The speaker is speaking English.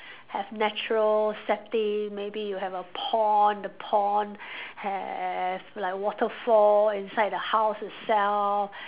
have natural setting maybe you have a pond the pond have like waterfall inside the house itself